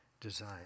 design